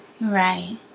right